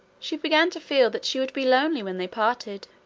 she began to feel that she would be lonely when they parted.